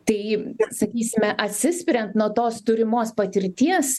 tai sakysime atsispiriant nuo tos turimos patirties